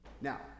Now